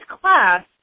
class